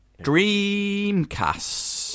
Dreamcast